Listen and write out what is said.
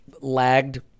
lagged